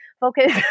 focus